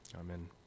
Amen